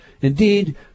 indeed